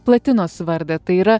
platinos vardą tai yra